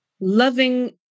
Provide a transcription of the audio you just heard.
loving